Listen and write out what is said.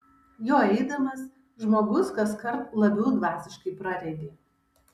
juo eidamas žmogus kaskart labiau dvasiškai praregi